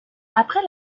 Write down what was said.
après